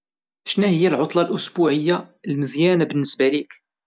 شناهيا العطلة الأسبوعية المزيانة بالنسبة ليك.